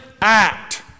Act